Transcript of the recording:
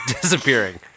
disappearing